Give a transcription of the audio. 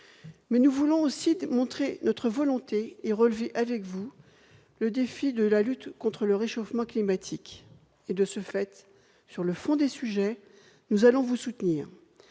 nous voulons aussi montrer notre volonté et relever le défi de la lutte contre le réchauffement climatique. De ce fait, sur le fond des sujets, nous vous soutiendrons,